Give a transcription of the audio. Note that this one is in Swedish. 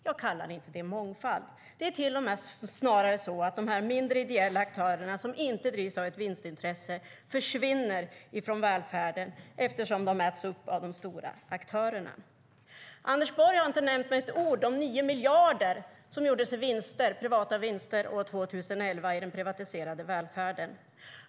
Jag kallar inte det mångfald. Det är snarare så att de mindre, ideella aktörerna som inte drivs av ett vinstintresse försvinner från välfärden eftersom de äts upp av de stora aktörerna. Anders Borg har inte nämnt med ett ord de 9 miljarder som gjordes i privata vinster 2011 i den privatiserade välfärden.